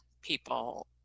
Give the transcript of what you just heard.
people